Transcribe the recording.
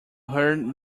heard